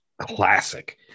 classic